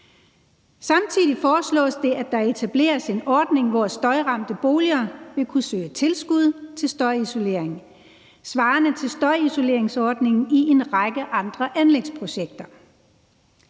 Samtidig foreslås det, at der etableres en ordning, hvor støjramte boliger vil kunne søge tilskud til støjisolering svarende til støjisoleringsordningen i en række andre anlægsprojekter.